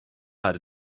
had